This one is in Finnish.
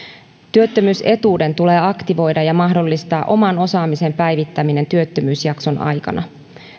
työttömyysetuuden tulee aktivoida ja mahdollistaa oman osaamisen päivittäminen työttömyysjakson aikana